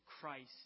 Christ